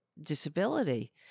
disability